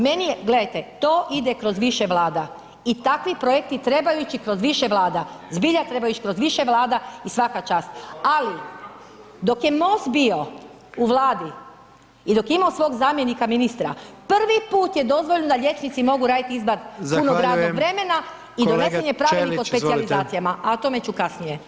Meni je, gledajte to ide kroz više vlada i takvi projekti trebaju ići kroz više vlada, zbilja trebaju ići kroz više vlada i svaka čast, ali dok je MOST bio u vladi i dok je imamo svog zamjenika ministra prvi put je dozvoljeno da liječnici mogu radi izvan punog [[Upadica: Zahvaljujem.]] radnog vremena i donesen je Pravilnik o specijalizacijama, a o tome ću kasnije.